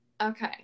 Okay